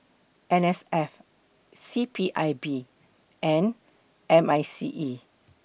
N S F C P I B and M I C E